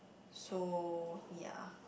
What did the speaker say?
so ya